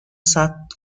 ثبت